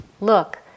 look